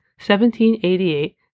1788